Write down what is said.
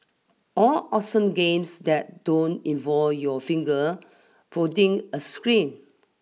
all awesome games that don't involve your finger pudding a screen